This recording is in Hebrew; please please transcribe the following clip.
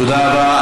תודה רבה.